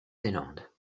zélande